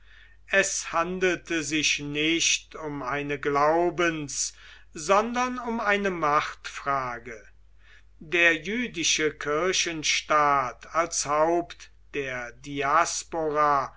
es handelte sich nicht um eine glaubens sondern um eine machtfrage der jüdische kirchenstaat als haupt der